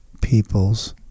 people's